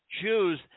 Jews